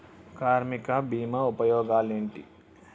కార్మిక బీమా ఉపయోగాలేంటి?